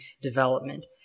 development